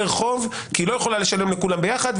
חוב וכי היא לא יכולה לשלם לכולם ביחד.